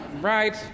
right